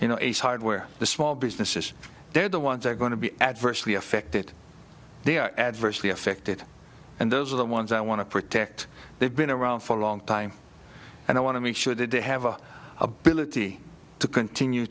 you know ace hardware the small businesses they're the ones that are going to be adversely affected their adversely affected and those are the ones i want to protect they've been around for a long time and i want to make sure that they have an ability to continue